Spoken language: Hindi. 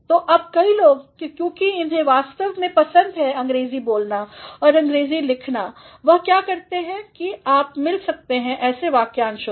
तो अब कई लोग क्योंकि उन्हें वास्तव में पसंद है अंग्रेज़ी बोलना और अंग्रेजी लिखना वह क्या करते हैं कि आप मिल सकते हैं ऐसे वाक्यांशों से